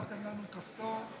אני מודה לך מאוד, בואו נלמד מזה.